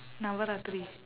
navarathiri